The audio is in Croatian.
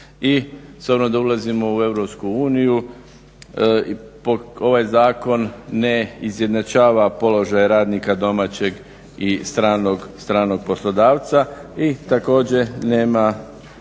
i s obzirom da ulazimo u EU ovaj zakon ne izjednačava položaje radnika domaćeg i stranog poslodavca. I također nema